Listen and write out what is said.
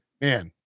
man